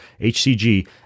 HCG